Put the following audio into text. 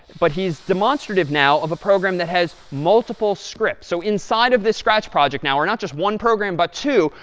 but he's demonstrative now of a program that has multiple scripts. so inside of this scratch project now, we're not just one program but two.